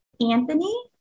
Anthony